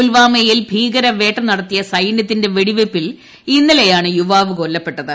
പുൽവാമയിൽ ഭീകരവേട്ട നടത്തിയ സൈന്യത്തിന്റെ ഇന്നലെയാണ് യുവാവ് കൊല്ലപ്പെട്ടത്